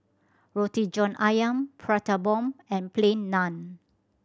Roti John Ayam Prata Bomb and Plain Naan